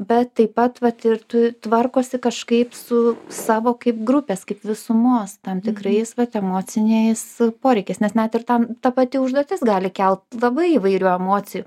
bet taip pat vat ir tu tvarkosi kažkaip su savo kaip grupės kaip visumos tam tikrais vat emociniais poreikiais nes net ir tam ta pati užduotis gali kelt labai įvairių emocijų